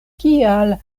kial